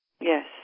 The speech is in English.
yes